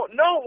no